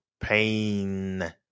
pain